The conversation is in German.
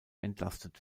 entlastet